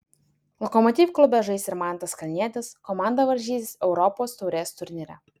lokomotiv klube žais ir mantas kalnietis komanda varžysis europos taurės turnyre